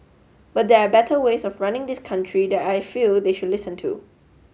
but there are better ways of running this country that I feel they should listen to